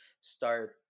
start